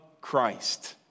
Christ